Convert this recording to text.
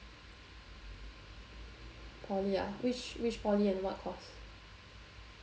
poly ah which which poly and what course